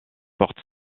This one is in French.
porte